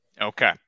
Okay